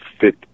fit